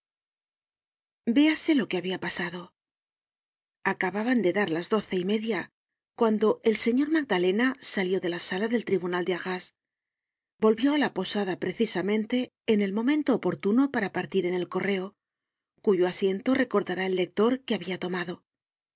véase lo que habia pasado acababan de dar las doce y media cuando el señor magdalena salió de la sala del tribunal de arras volvió á la posada precisamente en el momento oportuno para partir en el correo cuyo asiento recordará el lector que habia tomado